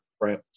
right